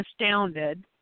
astounded